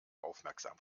aufmerksam